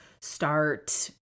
start